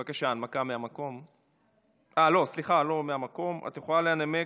בבקשה, את רוצה לנמק?